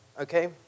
okay